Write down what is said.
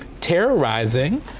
terrorizing